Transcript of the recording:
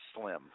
slim